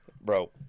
Bro